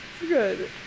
good